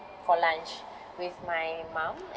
for lunch with my mum